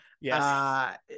Yes